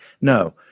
No